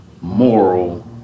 moral